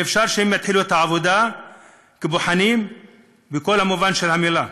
ואפשר שהם יתחילו את העבודה כבוחנים בכל מובן של המילה.